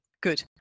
good